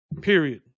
period